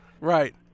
Right